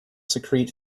secrete